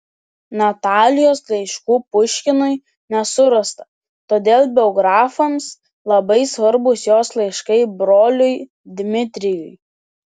natalijos laiškų puškinui nesurasta todėl biografams labai svarbūs jos laiškai broliui dmitrijui